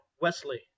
Wesley